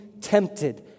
tempted